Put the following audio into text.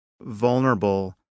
vulnerable